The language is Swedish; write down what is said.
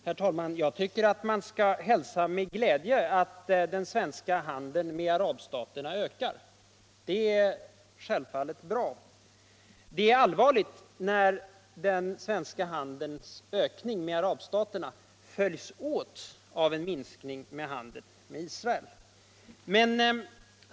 Herr talman! Jag tycker att man skall hälsa med glädje att den svenska handeln med arabstaterna ökar. Det är självfallet bra. Men det är allvarligt när den ökningen följs åt med en minskning i handeln med Israel.